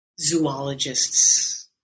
zoologists